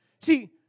See